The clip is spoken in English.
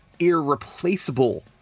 irreplaceable